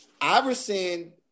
Iverson